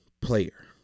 player